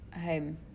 home